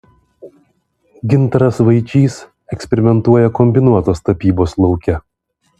gintaras vaičys eksperimentuoja kombinuotos tapybos lauke